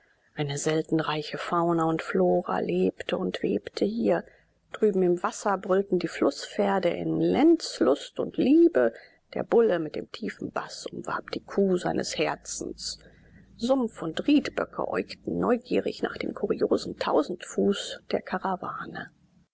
eine selten reiche fauna und flora lebte und webte hier drüben im wasser brüllten die flußpferde in lenzlust und liebe der bulle mit dem tiefen baß umwarb die kuh seines herzens sumpf und riedböcke äugten neugierig nach dem kuriosen tausendfuß der karawane